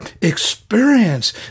experience